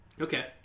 Okay